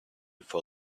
for